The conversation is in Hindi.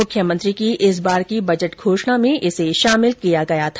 मुख्यमंत्री की इस बार की बजट घोषणा में इसे शामिल किया गया था